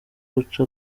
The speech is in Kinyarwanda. guca